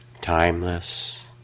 timeless